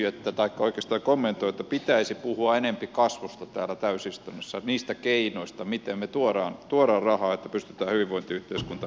eilen pääministeri kommentoi että pitäisi puhua enempi kasvusta täällä täysistunnossa niistä keinoista miten me tuomme rahaa että pystytään hyvinvointiyhteiskunta ylläpitämään